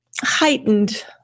heightened